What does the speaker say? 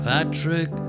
Patrick